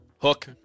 Hook